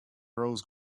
rose